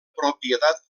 propietat